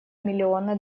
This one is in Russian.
миллиона